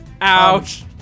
ouch